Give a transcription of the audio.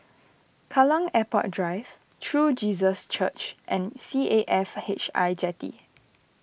Kallang Airport Drive True Jesus Church and C A F H I Jetty